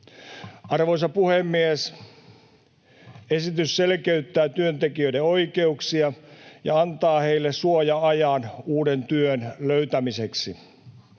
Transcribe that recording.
Arvoisa puhemies! Esitys selkeyttää työntekijöiden oikeuksia ja antaa heille suoja-ajan uuden työn löytämiseksi.